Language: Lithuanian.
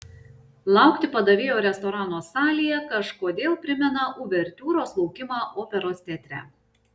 laukti padavėjo restorano salėje kažkodėl primena uvertiūros laukimą operos teatre